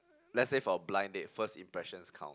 let's say for a blind date first impressions count